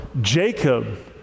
Jacob